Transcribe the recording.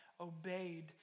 obeyed